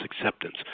acceptance